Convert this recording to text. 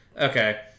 Okay